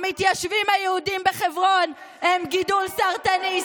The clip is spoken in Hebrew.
המתיישבים היהודים בחברון הם גידול סרטני.